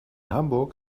hamburg